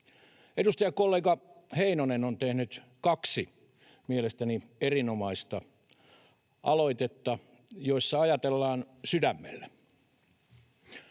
Edustajakollega Heinonen on tehnyt kaksi mielestäni erinomaista aloitetta, joissa ajatellaan sydämellä.